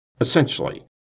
Essentially